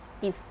if